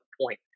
point